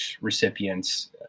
recipients